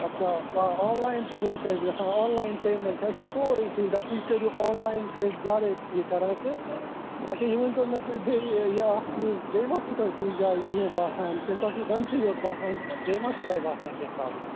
اچھا آ آنلایِن تہِ چھُ اَسہِ ییٚتہِ گَژھان آنلایِن پیمٮ۪نٛٹ اَسہِ چھِ سورُے سُوِدھا تُہۍ کٔرِو آنلایِن چھِ أسۍ زیادَے یہِ کَران تہٕ اچھا یہِ ؤنۍتو مےٚ تُہۍ بیٚیہِ یہِ اَکھ چیٖز بیٚیہِ ما چھُو تۄہہِ کُنہِ جایہِ کینٛہہ باسان کِنہٕ تۄہہِ چھُو دَنٛدسٕے یوت باسان بیٚیہِ ما چھُو تۄہہِ باسان کینٛہہ پرٛابلم